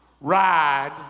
ride